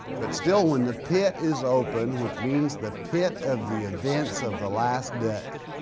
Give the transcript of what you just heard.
but still when the pit is open, which means the pit of the events of the last day,